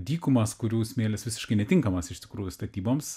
dykumas kurių smėlis visiškai netinkamas iš tikrųjų statyboms